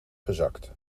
gezakt